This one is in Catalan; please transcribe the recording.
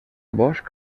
bosch